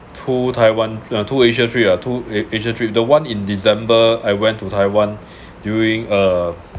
two taiwan two asia trips ah two a~ asia trip the one in december I went to taiwan during a